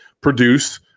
produce